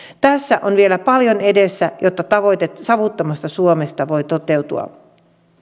tässä on vielä paljon edessä jotta tavoite savuttomasta suomesta voi toteutua